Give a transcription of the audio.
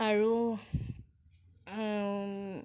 আৰু